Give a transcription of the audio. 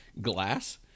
glass